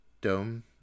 Dome